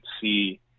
see